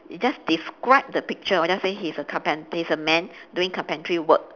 just describe the picture we just say he's a carpenter he's a man doing carpentry work